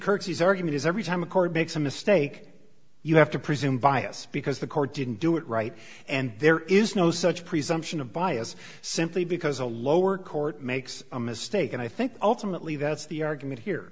currencies argument is every time a court makes a mistake you have to presume bias because the court didn't do it right and there is no such presumption of bias simply because a lower court makes a mistake and i think ultimately that's the argument here